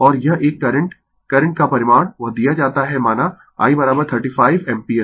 और यह एक करंट करंट का परिमाण वह दिया जाता है माना I 35 एम्पीयर